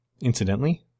Incidentally